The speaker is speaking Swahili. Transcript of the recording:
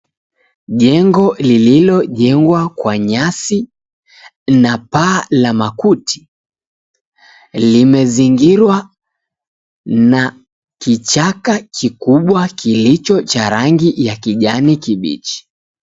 Jengo lililojengwa kwa nyasi na paa la makuti limezingirwa na kichaka kikubwa kilicho cha rangi ya kijani kibichi